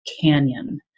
canyon